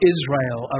Israel